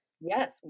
Yes